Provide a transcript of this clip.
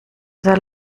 sehr